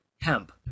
Hemp